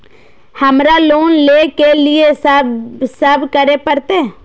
हमरा लोन ले के लिए की सब करे परते?